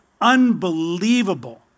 unbelievable